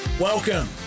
Welcome